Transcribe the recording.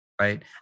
right